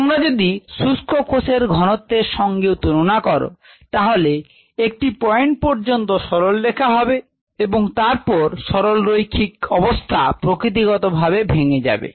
তোমরা যদি শুষ্ক কোষের ঘনত্বের সঙ্গেও তুলনা করো তাহলে একটি পয়েন্ট পর্যন্ত সরলরেখা হবে এবং তারপর সরলরৈখিক অবস্থা প্রকৃতিগতভাবে ভেঙ্গে যাবে